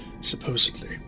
Supposedly